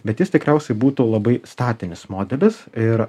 bet jis tikriausiai būtų labai statinis modelis ir